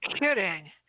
kidding